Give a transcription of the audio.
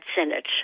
Senate